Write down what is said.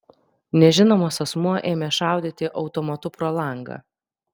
nežinomas asmuo ėmė šaudyti automatu pro langą